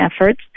efforts